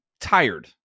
tired